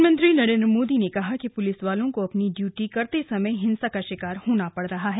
प्रधानमंत्री नरेंद्र मोदी ने कहा कि पुलिसवालों को अपनी ड्यूटी करते समय हिंसा का शिकार होना पड़ रहा है